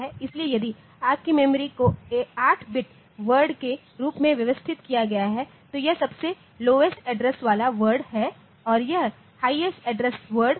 इसलिए यदि आपकी मेमोरी को 8 बिट वर्ड के रूप में व्यवस्थित किया गया है तो यह सबसे लोएस्ट एड्रेस वाला वॉर्ड है और यह हाईएस्ट एड्रेस वर्ड है